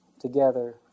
together